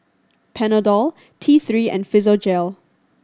Panadol T Three and Physiogel